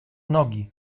nogi